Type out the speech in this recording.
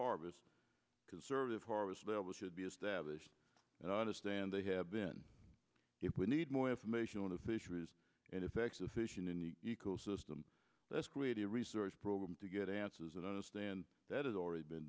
harvest conservative harvest level should be established and i understand they have been if we need more information on the fisheries and effects of fishing in the ecosystem let's create a research program to get answers and understand that has already been